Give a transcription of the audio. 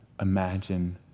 imagine